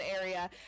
area